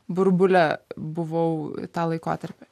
burbule buvau tą laikotarpį